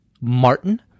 Martin